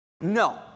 No